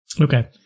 Okay